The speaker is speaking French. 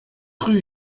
rue